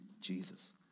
Jesus